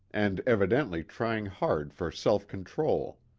and evidently trying hard for self control.